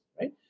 right